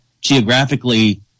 geographically –